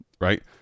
Right